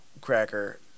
cracker